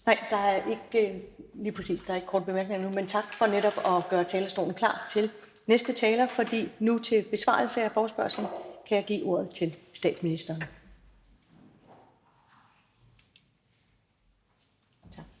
Der er lige præcis ikke korte bemærkninger nu, men tak for netop at gøre talerstolen klar til den næste taler. For til besvarelse af forespørgslen kan jeg nu give ordet til statsministeren. Kl.